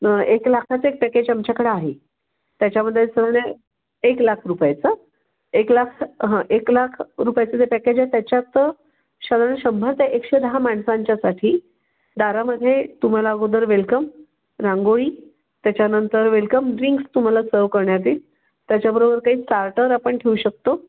एक लाखाचं एक पॅकेज आमच्याकडं आहे त्याच्यामध्ये एक लाख रुपयाचं एक लाखाचं हं एक लाख रुपयाचं जे पॅकेज आहे त्याच्यात साधारण शंभर ते एकशे दहा माणसांच्या साठी दारामध्ये तुम्हाला अगोदर वेलकम रांगोळी त्याच्यानंतर वेलकम ड्रिंक्स तुम्हाला सव करण्यात येईल त्याच्याबरोबर काही स्टार्टर आपण ठेऊ शकतो